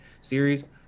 series